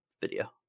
video